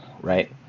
right